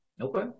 Okay